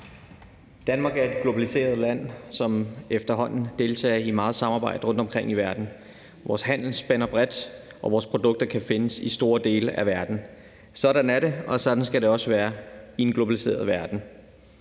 Danmark er et globaliseret land, som efterhånden deltager i meget samarbejde rundtomkring i verden. Vores handel spænder bredt, og vores produkter kan findes i store dele af verden. Sådan er det, og sådan skal det også være i en globaliseret verden.